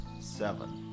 seven